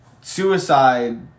Suicide